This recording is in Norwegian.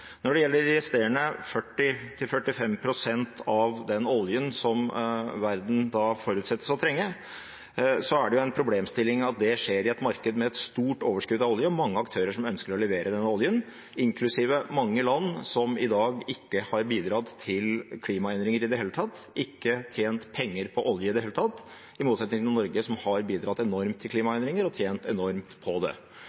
Når det gjelder de resterende 40–45 pst. av den oljen som verden forutsettes å trenge, er det en problemstilling at det skjer i et marked med et stort overskudd av olje, og at det er mange aktører som ønsker å levere den oljen, inklusiv mange land som i dag ikke har bidratt til klimaendringer i det hele tatt, og som ikke har tjent penger på olje i det hele tatt, i motsetning til Norge, som har bidratt enormt til